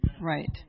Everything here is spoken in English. Right